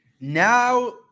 now